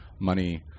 money